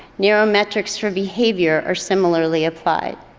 narrow metrics for behavior are similarly applied.